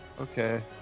Okay